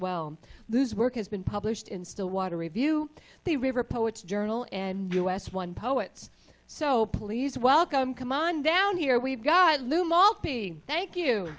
well this work has been published in stillwater review the river poets journal and us one poets so please welcome come on down here we've got lou malki thank you